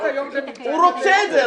הוא רוצה את זה.